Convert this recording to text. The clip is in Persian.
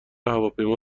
هواپیما